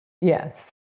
Yes